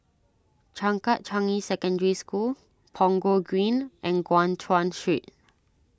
Changkat Changi Secondary School Punggol Green and Guan Chuan Street